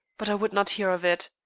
but i would not hear of it.